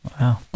Wow